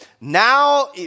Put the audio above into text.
now